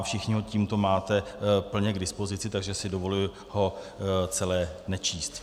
Všichni ho tímto máte plně k dispozici, takže si dovoluji ho celé nečíst.